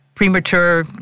Premature